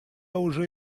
уже